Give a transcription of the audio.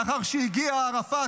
לאחר שהגיע ערפאת,